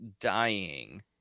dying